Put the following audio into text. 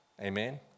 Amen